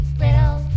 little